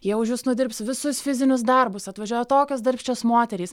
jie už jus nudirbs visus fizinius darbus atvažiuoja tokios darbščios moterys